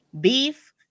Beef